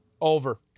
Over